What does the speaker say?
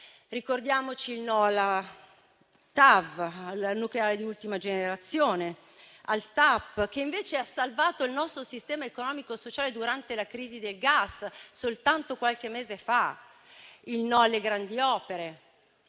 Ricordiamoci il no alla TAV, al nucleare di ultima generazione, al TAP, che invece ha salvato il nostro sistema economico-sociale durante la crisi del gas soltanto qualche mese fa; il no alle grandi opere.